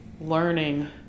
learning